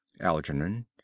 Algernon